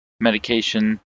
medication